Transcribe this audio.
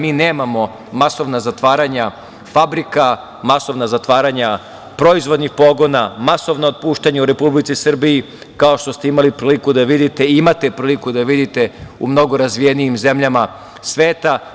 Mi nemamo masovna zatvaranja fabrika, masovna zatvaranja proizvodnih pogona, masovna otpuštanja u Republici Srbiji, kao što ste imali priliku da vidite i imate priliku da vidite u mnogo razvijenijim zemljama sveta.